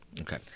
Okay